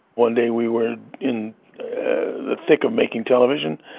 one day we were in the thick of making television,